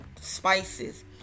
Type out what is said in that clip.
spices